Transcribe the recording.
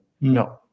no